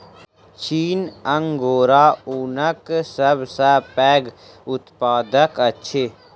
चीन अंगोरा ऊनक सब सॅ पैघ उत्पादक अछि